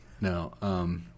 No